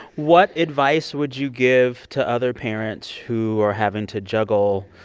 what advice would you give to other parents who are having to juggle